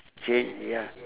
change ya